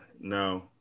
no